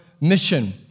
Mission